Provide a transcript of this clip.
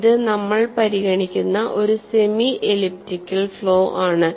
ഇത് നമ്മൾ പരിഗണിക്കുന്ന ഒരു സെമി എലിപ്റ്റിക്കൽ ഫ്ലോ ആണ്